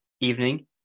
evening